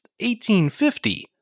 1850